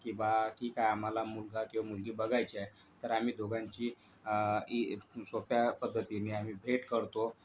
की बा ठीक आहे आम्हाला मुलगा किंवा मुलगी बघायची आहे तर आम्ही दोघांची ई सोप्या पद्धतीने आम्ही भेट करतो